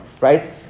right